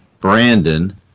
Brandon